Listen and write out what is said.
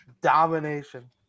Domination